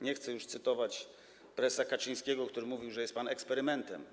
Nie chcę już cytować prezesa Kaczyńskiego, który mówił, że jest pan eksperymentem.